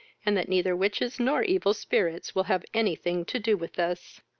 and that neither witches nor evil spirits will have any thing to do with us.